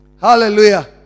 Hallelujah